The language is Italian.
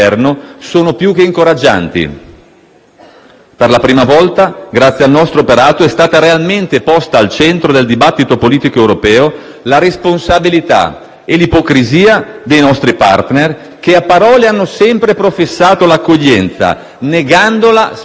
Per la prima volta, grazie al nostro operato, sono state realmente poste al centro del dibattito politico europeo la responsabilità e l'ipocrisia dei nostri *partner* che a parole hanno sempre professato l'accoglienza, negandola spesso nei fatti.